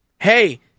Hey